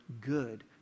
good